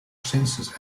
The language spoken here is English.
sensors